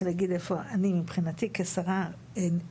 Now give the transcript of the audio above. אני שנייה רוצה רק להגיד איפה אני מבחינתי כשרה החלטתי